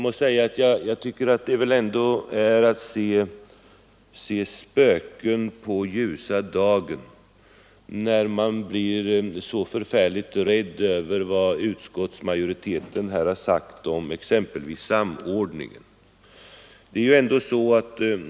Det är väl ändå att se spöken på ljusa dagen när man blir så förfärligt rädd för vad utskottsmajoriteten har sagt om exempelvis samordningen.